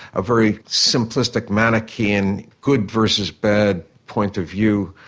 a very simplistic manichaean good versus bad point of view,